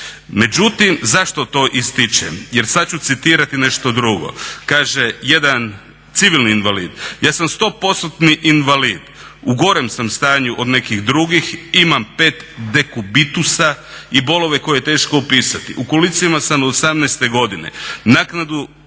Međutim zašto to ističem jer sada ću citirati nešto drugo, kaže jedan civilan invalid "Ja sam 100%-tni invalid u gorem sam stanju od nekih drugim imam pet dekubitusa i bolove koje je teško opisati. U kolicima sam od 18.godine, naknadu